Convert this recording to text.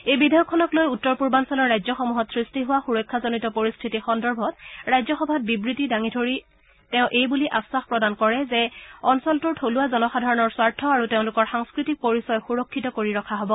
এই বিধেয়কখনক লৈ উত্তৰ পূৰ্বাঞ্চলৰ ৰাজ্যসমূহত সৃষ্টি হোৱা সুৰক্ষাজনিত পৰিস্থিতি সন্দৰ্ভত ৰাজ্যসভাত বিবৃতি দাঙি ধৰি তেওঁ এইবুলি আখাস প্ৰদান কৰে যে অঞ্চলটোৰ থলুৱা জনসাধাৰণৰ স্বাৰ্থ আৰু তেওঁলোকৰ সাংস্কৃতিক পৰিচয় সুৰক্ষিত কৰি ৰখা হ'ব